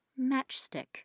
matchstick